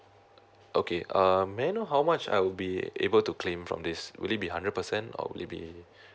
okay um may I know how much I will be able to claim from this would it be hundred percent or would it be